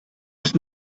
ist